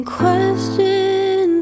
question